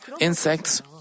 insects